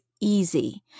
easy